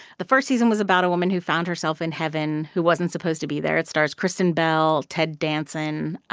the first season was about a woman who found herself in heaven who wasn't supposed to be there. it stars kristen bell, ted danson.